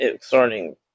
starting